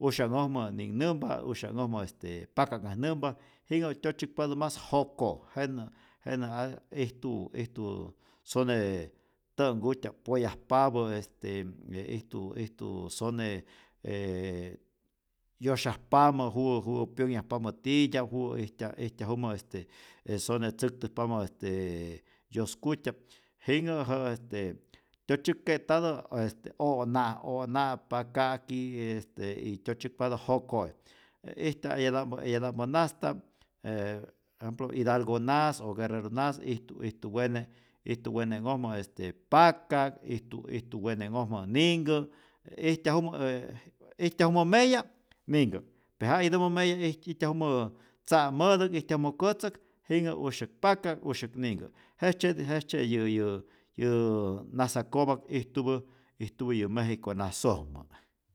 usya'nhojmä ninhnämpa, usya'nhojmä este paka'kajnämpa, jinhä tyotzyäkpatä mas joko', jenä' jenä' a ijtu ijtu sonee tä'nhkutya'p poyajpapä, este je ijtu ijtu sone yosyajpamä juwä juwä pyonhyajpamä titya'p, juwä ijtyaj ijtyajumä este e sone tzäktäjpamä estee yoskutya'p, jinhä jä'ä este tyotzyäk'ke'tä este ona' ona', paka'kij y este y tyotzyäkpatä joko'i, e ijtyaj eyata'mpä eyata'mpä nasta'p je por ejemplo idalgo nas o guerreru nas ijtu ijtu wene, ijtu wene'nhojmä este paka'k, ijtu ijtu wene'nhojmä ninhkä, e ijtyajumä e ijtyajumä meya' ninhkä, pe ja' itämä meya' ij ijtyajumä tza'mätäk, ijtyajumä kotzäk jinhä usyäk paka'k, usyäk ninhkä, jejtzyeti jejtzye yä yä yäää nasakopak ijtupä ijtupä yä mejiko nasojmä.